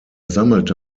sammelte